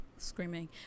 screaming